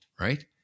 right